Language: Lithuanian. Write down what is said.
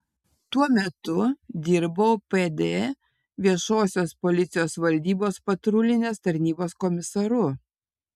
tuo metu dirbau pd viešosios policijos valdybos patrulinės tarnybos komisaru